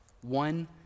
one